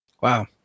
Wow